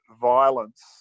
violence